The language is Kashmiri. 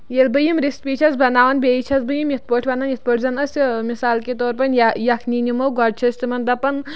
ییٚلہِ بہٕ یِم ریسپی چھَس بَناون بیٚیہِ چھَس بہٕ یِم یِتھ پٲٹھۍ وَنن یِتھ پٲٹھۍ زَن أسۍ مِثال کے طور پر یَکھنی نِمو گۄڈٕ چھِ أسۍ تِمن دَپن